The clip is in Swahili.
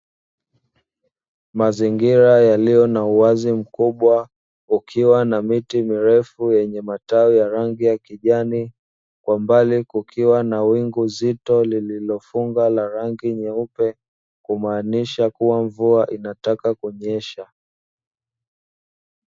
Mazingira yaliyo na uwazi mkubwa kukiwa na miti mirefu yenye matawi ya rangi ya kijani kwa mbali kukiwa na wingu zito lililofunga la rangi nyeupe, kumaanisha kua mvua inataka kunyesha.